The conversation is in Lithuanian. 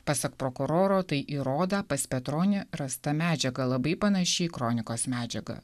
pasak prokuroro tai įrodą pas petronį rasta medžiaga labai panaši į kronikos medžiagą